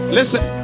Listen